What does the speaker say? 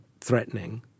threatening